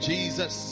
Jesus